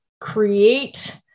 create